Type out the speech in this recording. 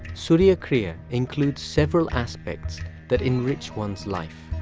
surya kriya includes several aspects that enrich one's life,